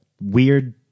weird